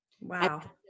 Wow